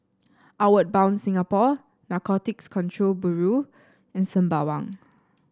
Outward Bound Singapore Narcotics Control Bureau and Sembawang